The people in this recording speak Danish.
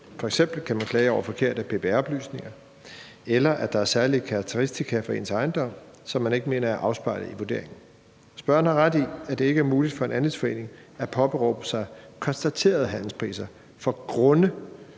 F.eks. kan man klage over forkerte BBR-oplysninger, eller at der er særlige karakteristika for ens ejendom, som man ikke mener er afspejlet i vurderingen. Spørgeren har ret i, at det ikke er muligt for en andelsboligforening at påberåbe sig konstaterede handelspriser for grunde